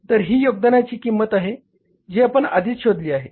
तर ही योगदानाची किंमत आहे जी आपण आधीच शोधली आहे